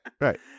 right